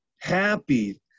happy